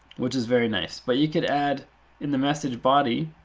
which is very nice. but you could add in the message body,